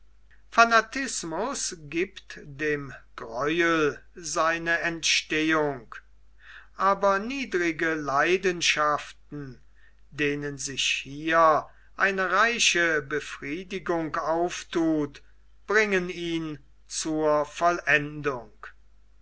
fanatismus gibt dem gräuel seine entstehung aber niedrige leidenschaften denen sich hier eine reiche befriedigung aufthut bringen ihn zur vollendung